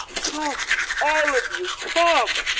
come all of you, come!